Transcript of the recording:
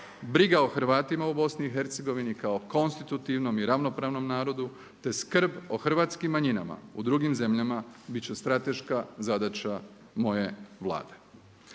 briga o Hrvatima u BiH kao konstitutivnom i ravnopravnom narodu, te skrb o hrvatskim manjinama u drugim zemljama bit će strateška zadaća moje Vlade.